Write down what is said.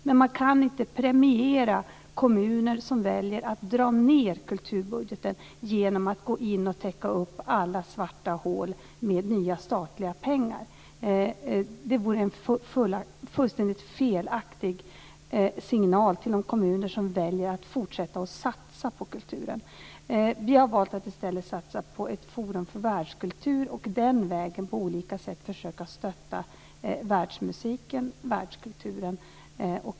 Men man kan inte premiera kommuner som väljer att dra ned kulturbudgeten genom att gå in och täcka upp alla svarta hål med nya statliga pengar. Det vore en fullständigt felaktig signal till de kommuner som väljer att fortsätta att satsa på kulturen. Vi har i stället valt att satsa på Forum för världskultur och den vägen på olika sätt försöka stötta världsmusiken och världskulturen.